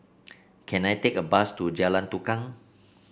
can I take a bus to Jalan Tukang